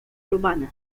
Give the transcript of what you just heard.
urbana